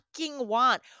want